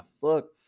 look